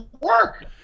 work